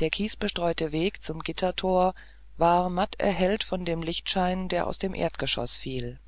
der kiesbestreute weg zum gittertor war matt erhellt von dem lichterschein der aus dem erdgeschoß fiel